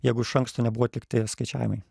jeigu iš anksto nebuvo atlikti skaičiavimai